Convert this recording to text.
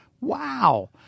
Wow